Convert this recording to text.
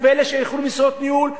ואלה שיוכלו, משרות ניהול.